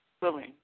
willing